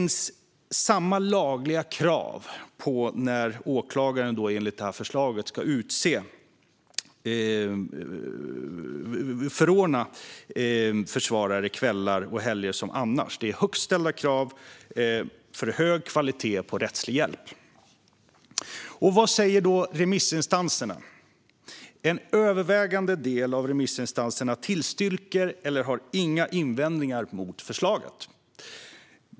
När åklagaren enligt det här förslaget förordnar försvarare på kvällar och helger gäller samma lagliga krav som annars. Det är högt ställda krav för att vi ska ha hög kvalitet på rättslig hjälp. Vad säger remissinstanserna? En övervägande del av remissinstanserna tillstyrker eller har inga invändningar mot förslaget.